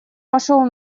пошёл